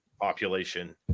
population